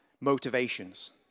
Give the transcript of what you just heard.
motivations